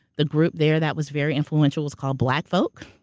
the group there that was very influential was called black folk.